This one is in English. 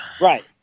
Right